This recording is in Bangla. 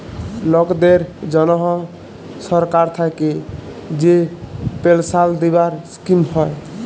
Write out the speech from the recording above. লকদের জনহ সরকার থাক্যে যে পেলসাল দিবার স্কিম হ্যয়